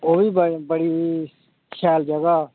ठीक ऐ ठीक ऐ